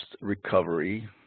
recovery